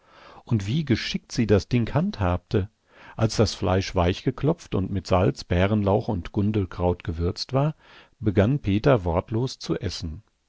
und wie geschickt sie das ding handhabte als das fleisch weichgeklopft und mit salz bärenlauch und gundelkraut gewürzt war begann peter wortlos zu essen